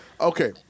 Okay